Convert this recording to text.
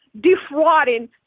defrauding